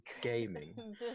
gaming